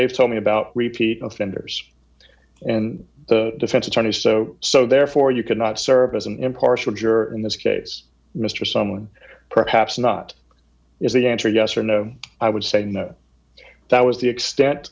they've told me about repeat offenders and the defense attorneys so so therefore you cannot serve as an impartial juror in this case mr someone perhaps not is the answer yes or no i would say no that was the extent